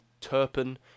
Turpin